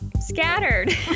scattered